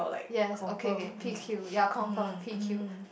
yes okay okay P_Q ya confirm P_Q